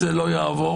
זה לא יעבור,